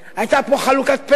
היתה פה חלוקת נטל צודקת,